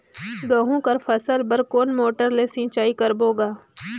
गहूं कर फसल बर कोन मोटर ले सिंचाई करबो गा?